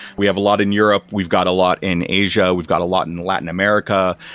we have a lot in europe. we've got a lot in asia. we've got a lot in latin america,